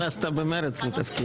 אני רואה שנכנסת במרץ לתפקיד.